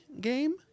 game